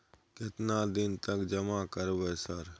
केतना दिन तक जमा करबै सर?